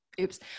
oops